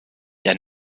der